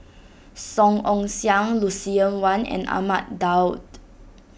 Song Ong Siang Lucien Wang and Ahmad Daud